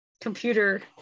computer